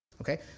Okay